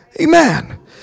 Amen